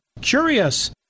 curious